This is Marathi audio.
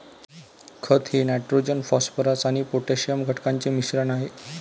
खत हे नायट्रोजन फॉस्फरस आणि पोटॅशियम घटकांचे मिश्रण आहे